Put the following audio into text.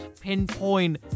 pinpoint